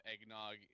eggnog